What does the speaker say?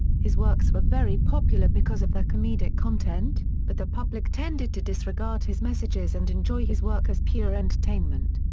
his works were very popular because of their comedic content, but the public tended to disregard his messages and enjoy his work as pure entertainment.